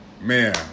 man